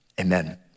amen